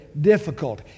difficult